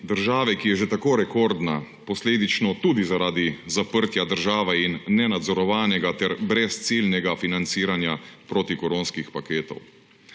države, ki je že tako rekordna, posledično tudi zaradi zaprtja države in nenadzorovanega ter brezciljnega financiranja protikoronskih paketov.